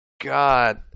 God